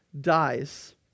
dies